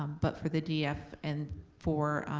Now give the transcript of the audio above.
um but for the d f and for,